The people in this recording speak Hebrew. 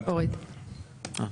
ארבעה.